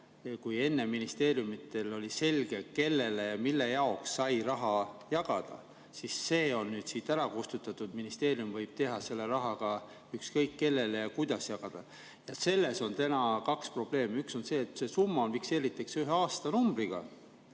kui enne oli ministeeriumidel selge, kellele ja mille jaoks sai raha jagada, siis nüüd on see siit ära kustutatud. Ministeerium võib seda raha ükskõik kellele ja kuidas jagada. Siin on kaks probleemi. Üks on see, et see summa fikseeritakse ühe aastanumbriga,